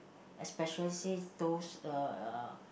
especially those uh